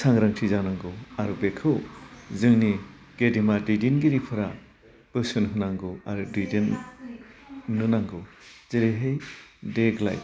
सांग्रांथि जानांगौ आरो बेखौ जोंनि गेदेमा दैदेनगिरिफोरा बोसोन होनांगौ आरो दैदेननो नांगौ जेरैहाय देग्लाइ